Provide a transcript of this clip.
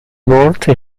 morte